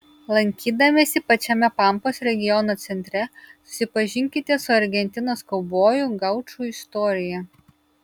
lankydamiesi pačiame pampos regiono centre susipažinkite su argentinos kaubojų gaučų istorija